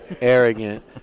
arrogant